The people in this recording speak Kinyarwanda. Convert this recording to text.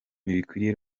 ntibikwiye